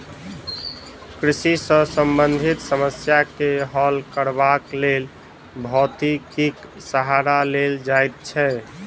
कृषि सॅ संबंधित समस्या के हल करबाक लेल भौतिकीक सहारा लेल जाइत छै